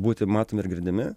būti matomi ir girdimi